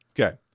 Okay